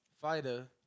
fighter